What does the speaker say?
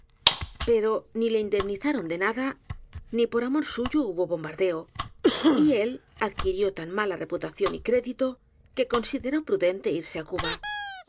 pero ni le indemnizaron de nada ni por amor suyo hubo bombardeo y él adquirió tan mala reputación y crédito que consideró prudente irse á cuba ya